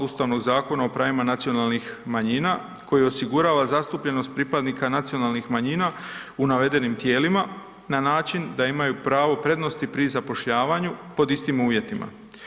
Ustavnog zakona o pravima nacionalnih manjina koji osigurava zastupljenost pripadnika nacionalnih manjina u navedenim tijelima na način da imaju pravo prednosti pri zapošljavanju pod istim uvjetima.